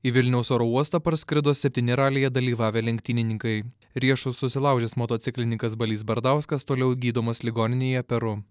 į vilniaus oro uostą parskrido septyni ralyje dalyvavę lenktynininkai riešą susilaužęs motociklininkas balys bardauskas toliau gydomas ligoninėje peru